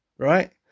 Right